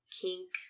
Kink